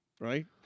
Right